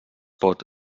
pot